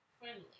friendly